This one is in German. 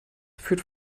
führt